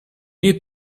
need